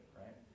right